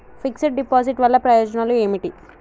Fix డ్ deposit వల్ల ప్రయోజనాలు ఏమిటి?